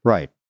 Right